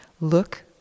look